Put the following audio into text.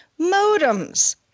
modems